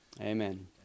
Amen